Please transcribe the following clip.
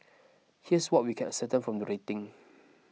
here's what we can ascertain from the rating